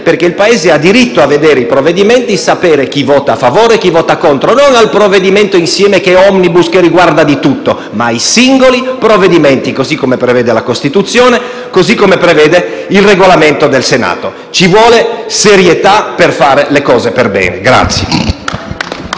Paese, che ha diritto a vedere i provvedimenti e sapere chi vota a favore e chi vota contro, non un provvedimento d'insieme, che è *omnibus* e riguarda di tutto, ma singoli provvedimenti, così come prevede la Costituzione, così come prevede il Regolamento del Senato. Ci vuole serietà per fare le cose per bene.